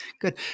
good